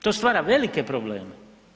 To stvara velike probleme.